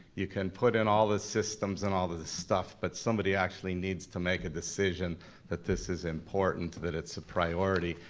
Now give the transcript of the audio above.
you can put in all the systems and all this stuff, but somebody actually needs to make a decision that this is important, that it's a priority,